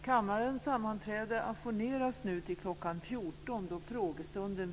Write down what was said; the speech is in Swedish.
Kammarens sammanträde återupptas för frågestunden.